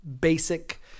basic